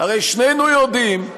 הרי שנינו יודעים,